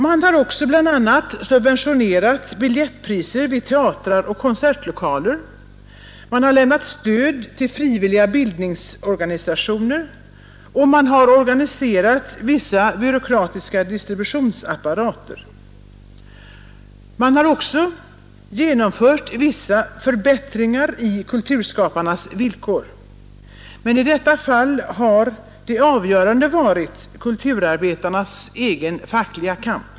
Man har också bl.a. subventionerat biljettpriser vid teatrar och konsertlokaler, lämnat stöd till frivilliga bildningsorganisationer och organiserat vissa byråkratiska distributionsapparater. Man har också genomfört vissa förbättringar i kulturskaparnas villkor; men i detta fall har det avgörande varit kulturarbetarnas egen fackliga kamp.